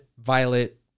violet